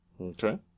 Okay